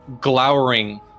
glowering